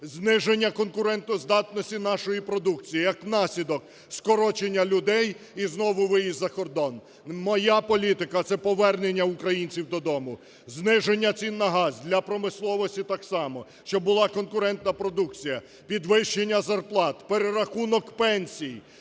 зниження конкурентоздатності нашої продукції, як наслідок – скорочення людей і знову виїзд за кордон. Моя політика – це повернення українців додому, зниження цін на газ для промисловості так само, щоб була конкурентна продукція, підвищення зарплат, перерахунок пенсій,